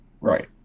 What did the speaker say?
Right